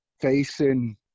facing